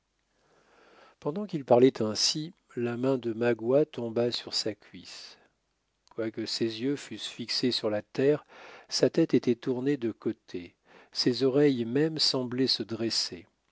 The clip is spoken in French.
pendant qu'il parlait ainsi la main de magua tomba sur sa cuisse quoique ses yeux fussent fixés sur la terre sa tête était tournée de côté ses oreilles même semblaient se dresser